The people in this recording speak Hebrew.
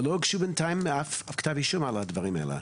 ולא הוגש בינתיים אף כתב אישום על הדברים האלה.